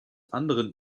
anderen